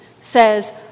says